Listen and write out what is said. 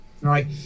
right